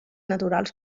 naturals